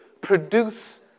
produce